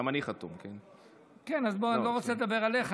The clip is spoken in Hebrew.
אני לא רוצה לדבר עליך.